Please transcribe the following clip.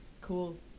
Cool